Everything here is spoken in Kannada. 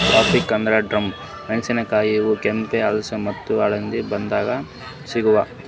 ಕ್ಯಾಪ್ಸಿಕಂ ಅಂದ್ರ ಡಬ್ಬು ಮೆಣಸಿನಕಾಯಿ ಇವ್ ಕೆಂಪ್ ಹೆಸ್ರ್ ಮತ್ತ್ ಹಳ್ದಿ ಬಣ್ಣದಾಗ್ ಸಿಗ್ತಾವ್